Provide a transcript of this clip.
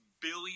billion